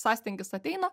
sąstingis ateina